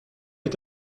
est